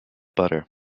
butter